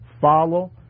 follow